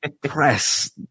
press